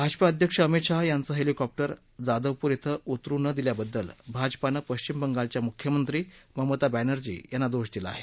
भाजपा अध्यक्ष अमित शहा यांचं हेलिकॉप्टर जादवपूर क्वें उतरु न दिल्या बद्दल भाजपानं पश्विम बंगालच्या मुख्यमंत्री ममता बॅनर्जी यांना दोष दिला आहे